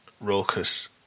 raucous